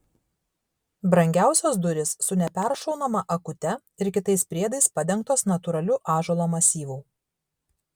brangiausios durys su neperšaunama akute ir kitais priedais padengtos natūraliu ąžuolo masyvu